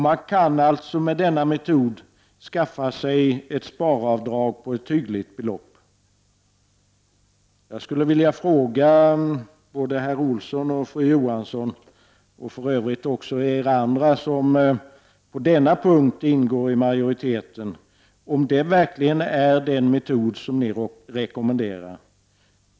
Man kan alltså med denna metod skaffa sig ett sparavdrag på ett hyggligt belopp. Jag skulle vilja fråga både herr Olsson och fru Johansson — och för övrigt också er andra som på denna punkt ingår i majoriteten — om det verkligen är den metod som ni rekommenderar.